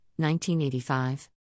1985